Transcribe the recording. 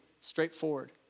straightforward